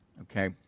Okay